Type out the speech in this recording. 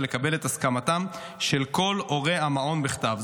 ולקבל את הסכמתם של כל הורי המעון בכתב,